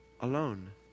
alone